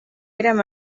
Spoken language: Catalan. érem